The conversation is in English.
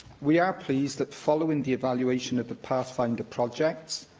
we are pleased that, following the evaluation of the pathfinder projects,